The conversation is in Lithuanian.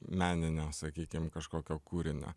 meninio sakykim kažkokio kūrinio